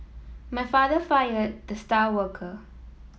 my father fired the star worker